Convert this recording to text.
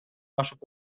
ашып